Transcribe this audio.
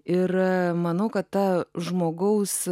ir manau kad ta žmogaus